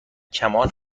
کمان